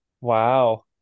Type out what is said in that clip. Wow